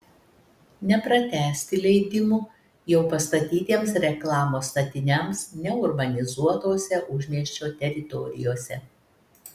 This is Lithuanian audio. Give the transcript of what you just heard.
nepratęsti leidimų jau pastatytiems reklamos statiniams neurbanizuotose užmiesčio teritorijose